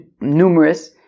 numerous